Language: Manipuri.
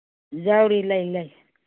ꯌꯥꯎꯔꯤ ꯂꯩ ꯂꯩ